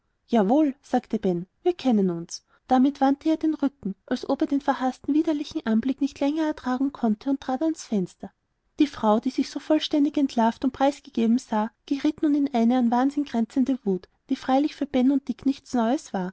jawohl sagte ben wir kennen uns damit wandte er ihr den rücken als ob er den verhaßten widerlichen anblick nicht länger ertragen könnte und trat ans fenster die frau die sich so vollständig entlarvt und preisgegeben sah geriet nun in eine an wahnsinn grenzende wut die freilich für ben und dick nichts neues war